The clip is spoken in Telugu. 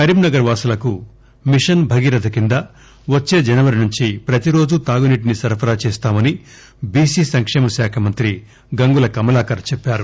కరీంనగర్ వాసులకు మిషన్ భగీరథ కింద వచ్చే జనవరి నుంచి ప్రతి రోజు తాగునీటిని సరఫరా చేస్తామని బీసీ సంక్షేమ శాఖ మంత్రి గంగుల కమలాకర్ చెప్పారు